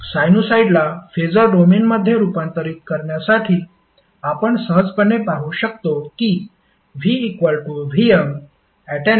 साइनुसॉईडला phasor डोमेनमध्ये रूपांतरित करण्यासाठी आपण सहजपणे पाहू शकतो कि VVm∠∅